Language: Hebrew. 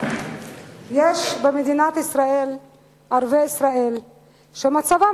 יש במדינת ישראל ערביי ישראל שמצבם